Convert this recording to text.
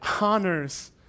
honors